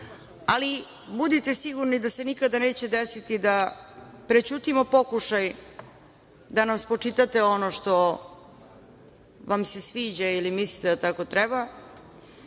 ali budite sigurni da se nikada neće desiti da prećutimo pokušaj da nam spočitate ono što vam se sviđa, ili mislite da tako treba,